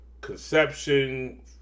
conception